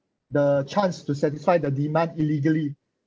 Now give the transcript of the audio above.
the chance to satisfy the demand illegally